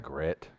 Grit